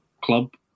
club